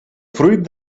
fruit